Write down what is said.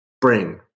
bring